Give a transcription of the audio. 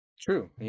True